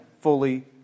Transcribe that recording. fully